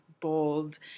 bold